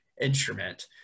instrument